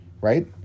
right